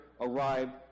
arrived